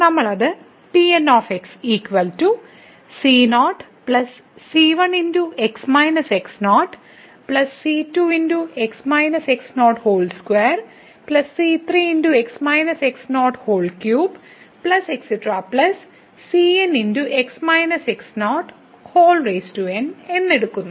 നമ്മൾ അത് എന്ന് എടുക്കുന്നു